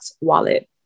wallet